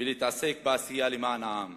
ולהתעסק בעשייה למען העם